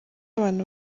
abantu